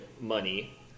money